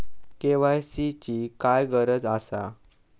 KYC ची काय गरज आसा?